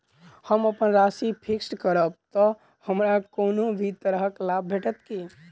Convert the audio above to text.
हम अप्पन राशि फिक्स्ड करब तऽ हमरा कोनो भी तरहक लाभ भेटत की?